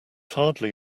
hardly